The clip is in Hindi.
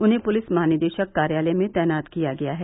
उन्हें पुलिस महानिदेशक कार्यालय में तैनात किया गया है